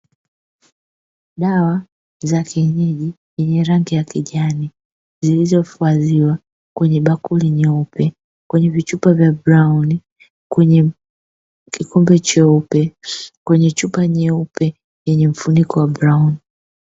Dawa za kienyeji zenye rangi ya kijani zilizohifadhiwa kwenye: bakuli nyeupe, vichupa vya brauni, kikombe cheupe na kwenye chupa nyeupe yenye mfuniko wa brauni.